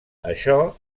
això